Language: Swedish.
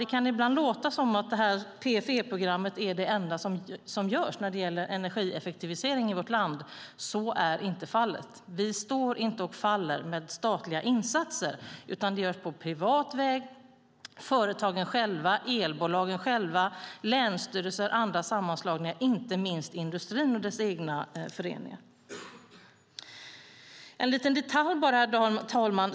Det kan ibland låta som att PFE-programmet är det enda som görs när det gäller energieffektivisering i vårt land. Så är inte fallet. Vi står inte och faller med statliga insatser. Det görs saker på privat väg genom företagen och elbolagen själva, genom länsstyrelser och andra sammanslagningar och inte minst genom industrin och dess egna föreningar. Herr talman! Låt mig nämna en liten detalj.